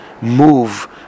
move